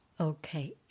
Okay